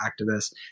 activists